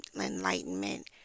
enlightenment